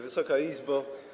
Wysoka Izbo!